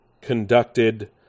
conducted